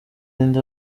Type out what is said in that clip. ninde